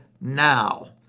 now